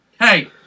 Hey